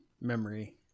memory